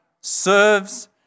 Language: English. serves